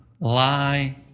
lie